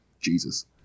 Jesus